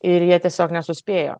ir jie tiesiog nesuspėjo